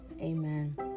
Amen